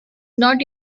not